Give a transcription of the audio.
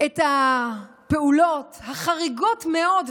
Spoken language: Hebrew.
את הפעולות החריגות מאוד,